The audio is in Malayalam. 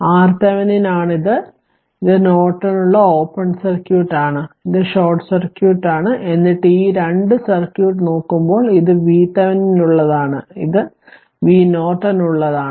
ഇത് RThevenin ആണ് ഇത് നോർട്ടണിനുള്ള ഓപ്പൺ സർക്യൂട്ട് ആണ് ഇത് ഷോർട്ട് സർക്യൂട്ട് ആണ് എന്നിട്ട് ഈ രണ്ട് സർക്യൂട്ട് നോക്കുമ്പോൾ ഇത് VThevenin നുള്ളതാണ് ഇത് V Nortonനുള്ളതാണ്